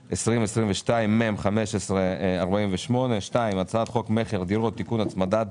התשפ"ב-2022 (מ/1548); (2) הצעת חוק המכר (דירות) (תיקון הצמדת